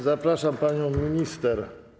Zapraszam panią minister.